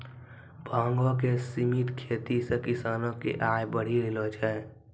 भांगो के सिमित खेती से किसानो के आय बढ़ी रहलो छै